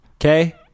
Okay